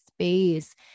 space